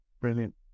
Brilliant